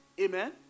Amen